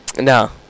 No